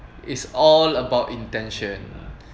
it's all about intention